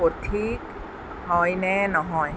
সঠিক হয়নে নহয়